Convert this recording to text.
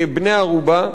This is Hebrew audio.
כבני-ערובה,